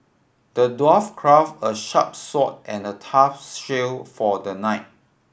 the dwarf crafted a sharp sword and a tough shield for the knight